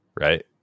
right